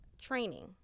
training